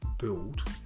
Build